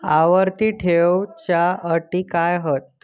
आवर्ती ठेव च्यो अटी काय हत?